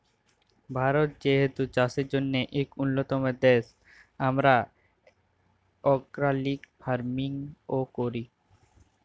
ভারত যেহেতু চাষের জ্যনহে ইক উল্যতম দ্যাশ, আমরা অর্গ্যালিক ফার্মিংও ক্যরি